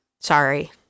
Sorry